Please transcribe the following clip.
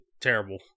terrible